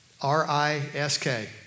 R-I-S-K